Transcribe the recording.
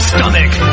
Stomach